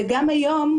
וגם היום,